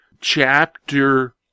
chapter